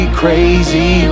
crazy